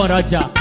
Raja